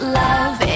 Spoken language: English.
love